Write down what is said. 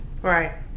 Right